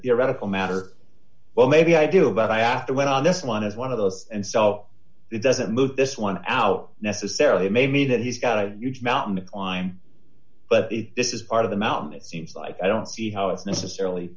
theoretical matter well maybe i do about i after went on this one as one of those and so it doesn't move this one out necessarily may be that he's got a huge mountain to climb but if this is part of the mountain it seems like i don't see how it's necessarily